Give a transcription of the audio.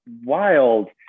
wild